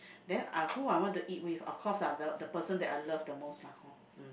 then I who I want to eat with of course lah the the person that I love the most lah hor mm